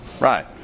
Right